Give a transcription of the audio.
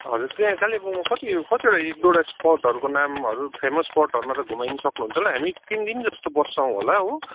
हजुर त्यहाँ कालेबुङमा कति कतिवटा एक दुईवटा स्पटहरूको नामहरू फेमस स्पटहरूमा त घुमाइदिनु सक्नुहुन्छ होला हामी तिन दिन जस्तो बस्छौँ होला हो